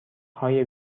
های